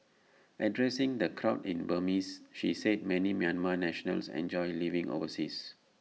addressing the crowd in Burmese she said many Myanmar nationals enjoy living overseas